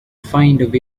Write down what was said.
find